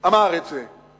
אמר את זה.